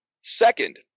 second